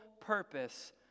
purpose